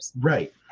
Right